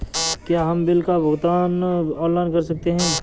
क्या हम बिल का भुगतान ऑनलाइन कर सकते हैं?